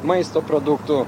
maisto produktų